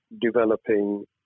developing